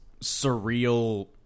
surreal